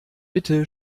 bitte